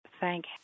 thank